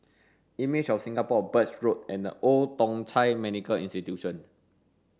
Images of Singapore Birch Road and The Old Thong Chai Medical Institution